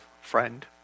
friend